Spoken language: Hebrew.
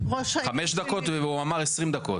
חמש דקות הוא אמר 20 דקות.